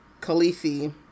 Khaleesi